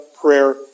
prayer